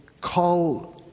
call